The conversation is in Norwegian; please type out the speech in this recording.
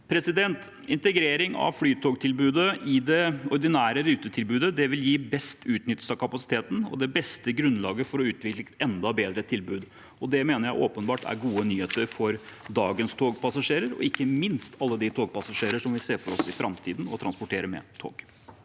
passasjerene. Integrering av flytogtilbudet i det ordinære rutetilbudet vil gi best utnyttelse av kapasiteten og det beste grunnlaget for å utvikle et enda bedre tilbud. Det mener jeg åpenbart er gode nyheter for dagens togpassasjerer – og ikke minst for alle de togpassasjerer som vi i framtiden ser for oss å transportere med tog.